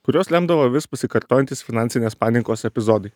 kuriuos lemdavo vis pasikartojantys finansinės panikos epizodai